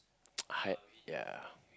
ya